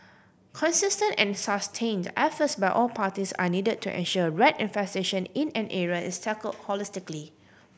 consistent and sustained efforts by all parties are need to ensure rat infestation in an area is tackle holistically